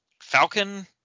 Falcon